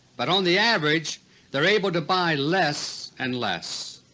but on the average they're able to buy less and less.